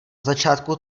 začátku